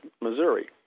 Missouri